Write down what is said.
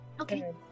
Okay